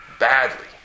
Badly